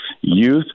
youth